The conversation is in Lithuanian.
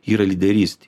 yra lyderystė